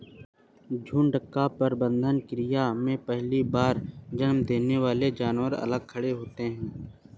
झुंड का प्रबंधन क्रिया में पहली बार जन्म देने वाले जानवर अलग खड़े होते हैं